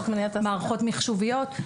מערכות מחשוביות,